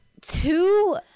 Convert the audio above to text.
Two